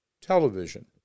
television